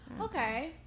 Okay